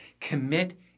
Commit